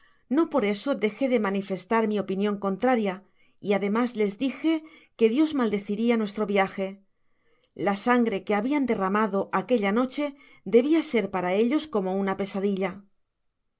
no por eso dejé de manifestar mi opinion contraria y ademas les dije que dios maldeciria nuestro viaje la sangre que habian derramado aquella noche debia ser para ellos como una pesadilla